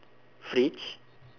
fridge